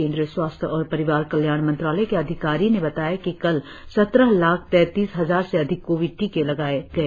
केन्द्रीय स्वास्थ्य और परिवार कल्याण मंत्रालय के अधिकारी ने बताया कि कल सत्रह लाख तैतीस हजार से अधिक कोविड टीके लगाए गए